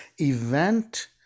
event